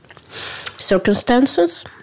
circumstances